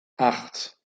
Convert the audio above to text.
acht